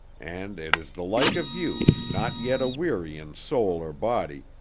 and it is the like of you, not yet aweary in soul or body,